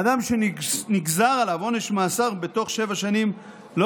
אדם שנגזר עליו עונש מאסר בתוך שבע שנים לא